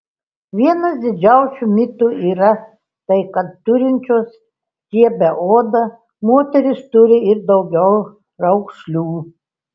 vienas didžiausių mitų yra tai kad turinčios riebią odą moterys turi ir daugiau raukšlių